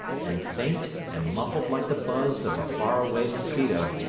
and faint and muffled like the buzz of a far-away mosquito.